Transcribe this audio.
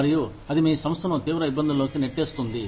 మరియు అది మీ సంస్థను తీవ్ర ఇబ్బందులలోకి నెట్టేస్తుంది